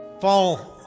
fall